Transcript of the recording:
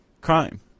crime